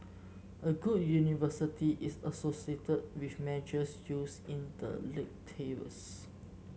a good university is associated with measures used in the league tables